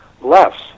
less